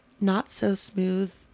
not-so-smooth